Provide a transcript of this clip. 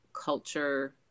culture